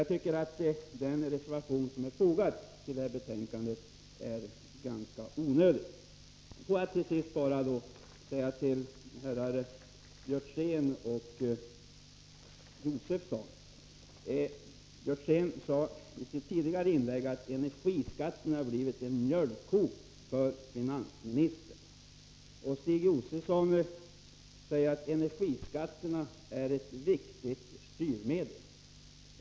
Jag tycker därför att den reservation som är fogad till detta betänkande är ganska onödig. Får jag till sist säga några ord till herrar Björzén och Josefson. Karl Björzén sade i sitt tidigare inlägg att energiskatten har blivit en mjölkko för finansministern. Stig Josefson säger att energiskatten är ett viktigt styrmedel.